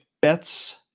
bets